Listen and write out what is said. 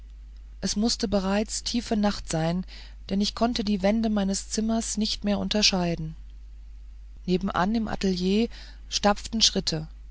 es mußte bereits tiefe nacht sein denn ich konnte die wände meines zimmers nicht mehr unterscheiden nebenan im atelier stampften schritte